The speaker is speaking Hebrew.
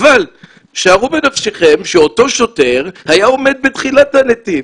אבל שערו בנפשכם שאותו שוטר היה עומד בתחילת הנתיב